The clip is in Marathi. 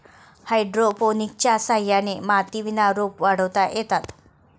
हायड्रोपोनिक्सच्या सहाय्याने मातीविना रोपं वाढवता येतात